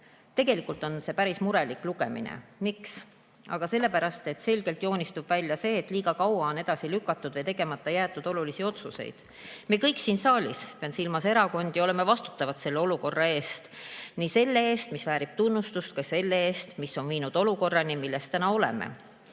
olukorda. Tegelikult on see päris murelik lugemine. Miks? Aga sellepärast, et selgelt joonistub välja see, et liiga kaua on edasi lükatud või tegemata jäetud olulisi otsuseid. Me kõik siin saalis, pean silmas erakondi, oleme vastutavad selle olukorra eest – nii selle eest, mis väärib tunnustust, kui ka selle eest, mis on viinud olukorrani, milles täna oleme.